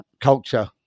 culture